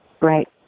Right